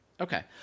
Okay